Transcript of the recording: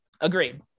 Agreed